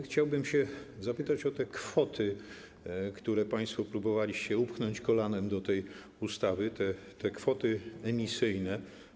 Chciałbym się zapytać o te kwoty, które państwo próbowaliście upchnąć kolanem do tej ustawy, kwoty emisyjne.